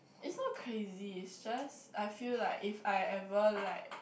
it's not crazy it's just I feel like if I ever like